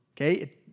okay